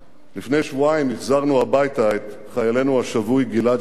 לפני שבועיים החזרנו הביתה את חיילנו השבוי גלעד שליט,